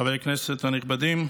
חברי הכנסת הנכבדים,